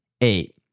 eight